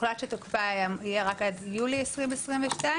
הוחלט שתוקפה יהיה רק עד יולי 2022,